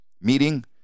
meeting